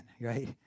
right